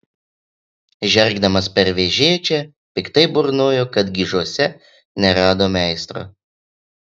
žergdamas per vežėčią piktai burnojo kad gižuose nerado meistro